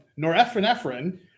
norepinephrine